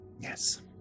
Yes